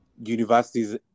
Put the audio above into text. universities